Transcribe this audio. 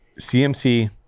CMC